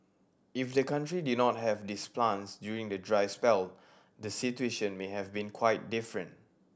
if the country did not have these plants during the dry spell the situation may have been quite different